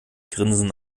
grinsen